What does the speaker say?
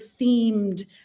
themed